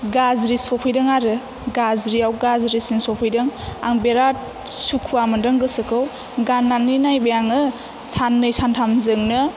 गाज्रि सफैदों आरो गाज्रि आव गाज्रिसिन सफैदों आं बिराथ सुखुआ मोन्दों गोसोखौ गाननानै नायबाय आङो साननै सानथामजोंनो